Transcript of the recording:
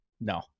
No